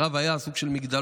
הרב היה סוג של מגדלור.